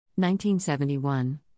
1971